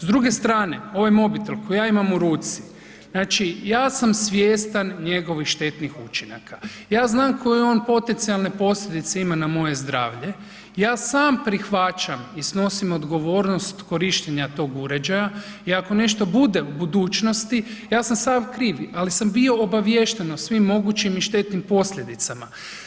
S druge strane, ovaj mobitel koji ja imam u ruci, znači ja sam svjestan njegovih štetnih učinaka, ja znam koje on potencijalne posljedice ima na moje zdravlje, ja sam prihvaćam i snosim odgovornost korištenja tog uređaja i ako nešto bude u budućnosti ja sam sam kriv, ali sam bio obaviješten o svim mogućim i štetnim posljedicama.